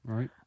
Right